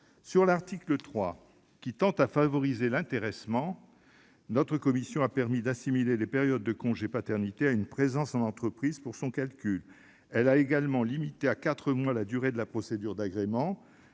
Sur l'article 3, qui tend à favoriser l'intéressement, notre commission a permis d'assimiler les périodes de congé paternité à une présence en entreprise pour son calcul. Elle a également limité à quatre mois la durée de la procédure d'agrément